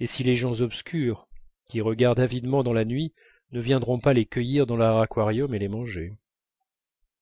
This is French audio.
et si les gens obscurs qui regardent avidement dans la nuit ne viendront pas les cueillir dans leur aquarium et les manger